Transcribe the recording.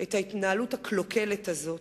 את ההתנהלות הקלוקלת הזאת.